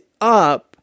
up